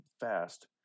fast